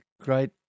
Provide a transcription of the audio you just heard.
great